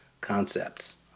concepts